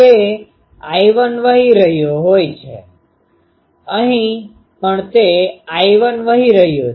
તે I1 વહી રહ્યો હોય અહીં પણ તે I1 વહી રહ્યો છે